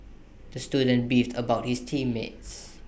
the student beefed about his team mates